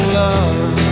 love